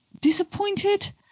disappointed